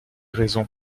raisons